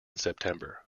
september